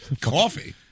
Coffee